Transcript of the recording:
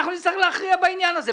נצטרך להכריע בעניין הזה.